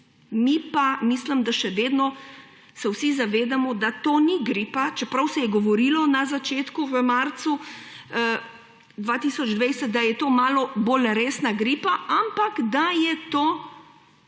Mi pa, mislim, da še vedno se vsi zavedamo, da to ni gripa, čeprav se je govorilo na začetku v marcu 2020, da je to malo bolj resna gripa, ampak da je to